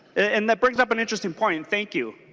and that brings up an interesting point. thank you.